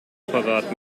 apparat